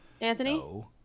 Anthony